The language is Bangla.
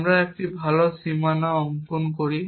আমরা একটি ভালো সীমানা অঙ্কন করি